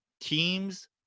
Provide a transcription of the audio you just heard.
teams